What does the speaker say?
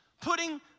putting